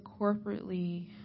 corporately